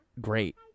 Great